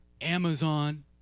Amazon